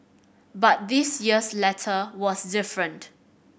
but this year's letter was different